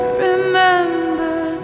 remember